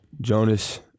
jonas